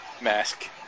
mask